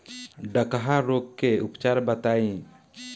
डकहा रोग के उपचार बताई?